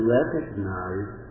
recognize